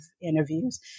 interviews